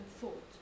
thought